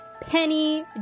Penny